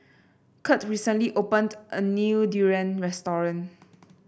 Kirt recently opened a new durian restaurant